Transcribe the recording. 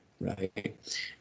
right